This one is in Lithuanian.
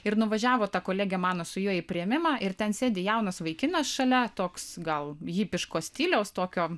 ir nuvažiavo ta kolegė mano su juo į priėmimą ir ten sėdi jaunas vaikinas šalia toks gal hipiško stiliaus tokio